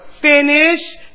finish